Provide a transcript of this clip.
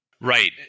Right